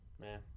Man